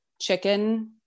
chicken